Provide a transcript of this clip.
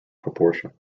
proportion